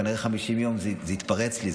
כנראה שאחרי 50 יום זה התפרץ אצלי,